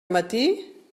matí